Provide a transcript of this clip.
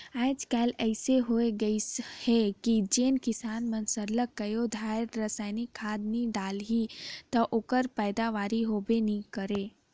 आएज काएल अइसे होए गइस अहे कि जेन किसान मन सरलग कइयो धाएर रसइनिक खाद नी डालहीं ता ओकर पएदावारी होबे नी करे